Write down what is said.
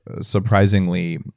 surprisingly